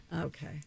Okay